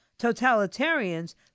Totalitarians